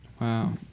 Wow